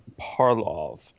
Parlov